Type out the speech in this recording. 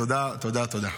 תודה, תודה.